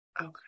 Okay